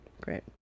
great